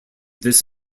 this